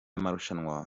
amarushanwa